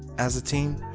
as a team,